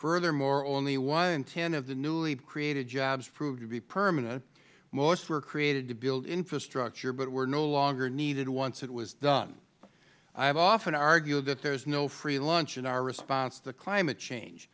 furthermore only one in ten of the newly created jobs proved to be permanent most were created to build infrastructure but were no longer needed once it was done i have often argued that there is no free lunch in our response to climate change